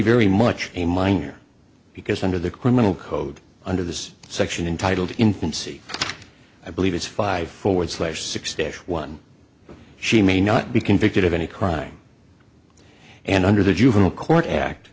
very much a minor because under the criminal code under this section entitled infancy i believe it's five forward slash sixty one she may not be convicted of any crime and under the juvenile court act